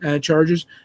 charges